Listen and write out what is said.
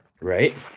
right